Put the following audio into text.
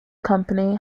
company